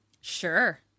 Sure